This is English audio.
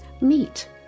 Meat